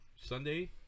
Sunday